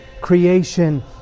creation